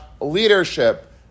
leadership